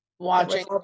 watching